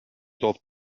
toob